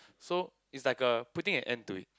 so is like a putting an end to it